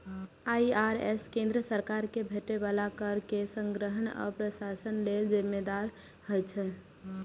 IRS केंद्र सरकार कें भेटै बला कर के संग्रहण आ प्रशासन लेल जिम्मेदार होइ छै